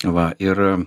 va ir